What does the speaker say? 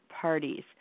parties